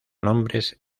nombres